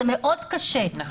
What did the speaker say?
נכון.